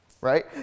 right